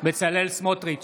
בצלאל סמוטריץ' נגד